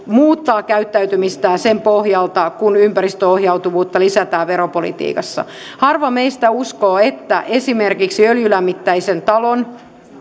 muuttaa käyttäytymistään sen pohjalta kun ympäristöohjautuvuutta lisätään veropolitiikassa harva meistä uskoo että esimerkiksi öljylämmitteisen talon